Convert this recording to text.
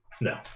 No